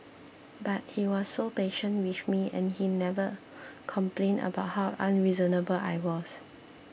but he was so patient with me and he never complained about how unreasonable I was